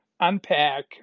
unpack